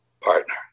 partner